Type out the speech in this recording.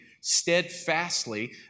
steadfastly